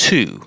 Two